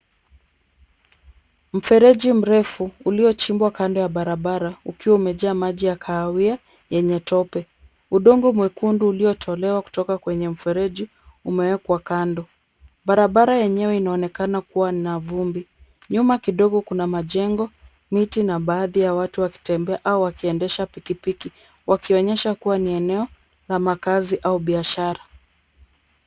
Mfereji mrefu uliochimbwa kando ya barabara ukiwa umejaa maji ya kahawia yenye tope. Udongo mwekundu uliotolewa kutoka kwenye mfereji, umewekwa kando. Barabara yenyewe inaonekana kuwa na vumbi. Nyuma kidogo Kuna majengo, miti na baadhi ya watu kutembea au wakiendesha pikipiki wakionyesha kuwa ni eneo ya makazi au biashara.